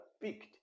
picked